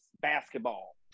basketball